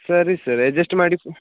ಸರಿ sir adjust ಮಾಡಿ